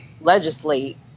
Legislate